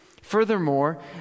Furthermore